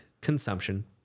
consumption